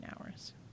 hours